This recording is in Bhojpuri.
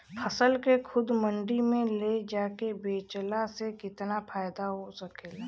फसल के खुद मंडी में ले जाके बेचला से कितना फायदा हो सकेला?